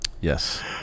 Yes